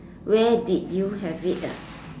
where did you have it ah